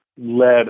led